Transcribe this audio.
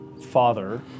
father